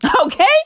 okay